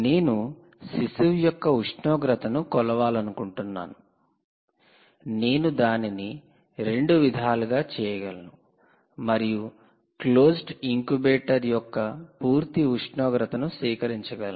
నేను శిశువు యొక్క ఉష్ణోగ్రతను కొలవాలనుకుంటున్నాను నేను దానిని రెండు విధాలుగా చేయగలను మరియు క్లోజ్డ్ ఇంక్యుబేటర్ యొక్క పూర్తి ఉష్ణోగ్రతను సేకరించగలను